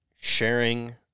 Sharing